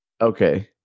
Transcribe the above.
Okay